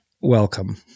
welcome